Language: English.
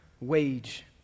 wage